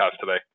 today